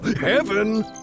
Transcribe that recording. heaven